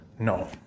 No